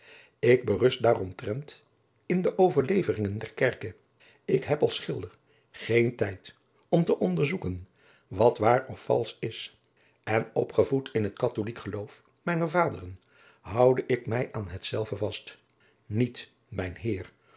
ik berust daaromtrent in de overleveringen der kerke ik heb als schilder geen tijd om te onderzoeken wat waar of valsch is en opgevoed in het katholijk geloof mijner vaderen houde ik mij aan hetzelve vast niet mijn heer